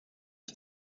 ich